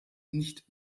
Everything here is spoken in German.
nicht